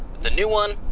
the new one,